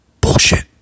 Bullshit